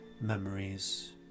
memories